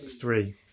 Three